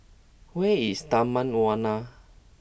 where is Taman Warna